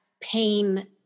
pain